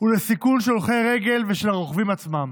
ולסיכון של הולכי רגל ושל הרוכבים עצמם.